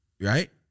Right